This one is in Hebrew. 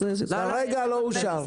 כרגע לא אושר.